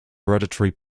hereditary